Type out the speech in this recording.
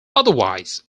otherwise